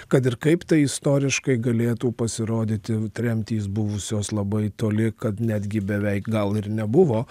kad ir kaip tai istoriškai galėtų pasirodyti tremtys buvusios labai toli kad netgi beveik gal ir nebuvo